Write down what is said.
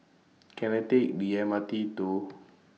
Can I Take The M R T to